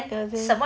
有钱